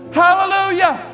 hallelujah